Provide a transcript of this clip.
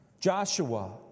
Joshua